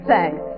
Thanks